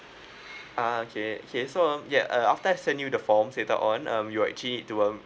ah okay okay so um ya uh after I send you the forms later on um you actually to um